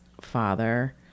father